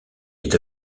est